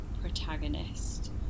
protagonist